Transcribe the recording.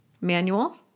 manual